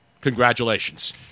Congratulations